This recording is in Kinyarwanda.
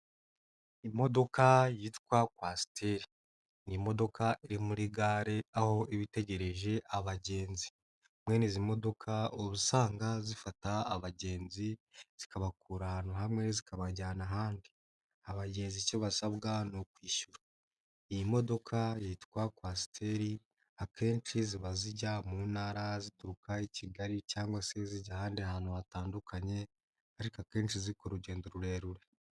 Imodoka yitwa coaster, ni imodoka iri muri gare aho iba itegereje abagenzi, mwene izi modoka ubu usanga zifata abagenzi zikabakura ahantu hamwe zikabajyana ahandi, abagenzi icyo basabwa ni ukwishyura, iyi modoka yitwa coaster akenshi ziba zijya mu ntara zituruka i Kigali cyangwa se zijya ahandi hantu hatandukanye ariko akenshi zikora urugendo rurerure.